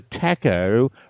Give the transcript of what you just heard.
taco